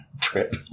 trip